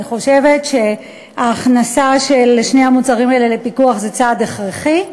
אני חושבת שההכנסה של שני המוצרים האלה לפיקוח זה צעד הכרחי,